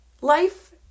life